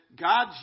God's